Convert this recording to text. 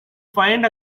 find